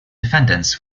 defendants